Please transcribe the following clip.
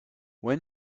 when